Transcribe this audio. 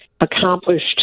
accomplished